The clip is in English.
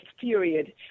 period